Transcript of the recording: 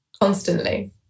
constantly